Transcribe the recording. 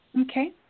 Okay